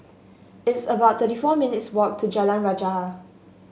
it's about thirty four minutes' walk to Jalan Rajah